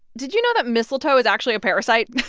did you know that mistletoe is actually a parasite?